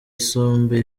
isombe